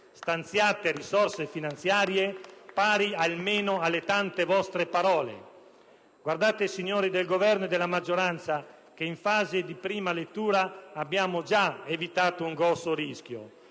Stanziate risorse finanziarie pari almeno alle tante vostre parole! *(Applausi dal Gruppo PD).* Guardate, signori del Governo e della maggioranza, che in fase di prima lettura abbiamo già evitato un grosso rischio.